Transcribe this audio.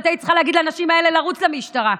את היית צריכה להגיד לנשים האלה לרוץ למשטרה.